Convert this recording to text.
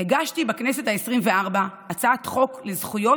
הגשתי בכנסת העשרים-וארבע הצעת חוק לזכויות